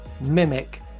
Mimic